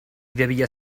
debía